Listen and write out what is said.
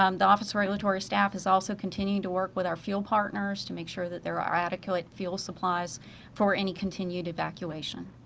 um the office regulatory staff is also continue to work with our fuel partners to make sure there are adequate fuel supplies for any continued evacuation.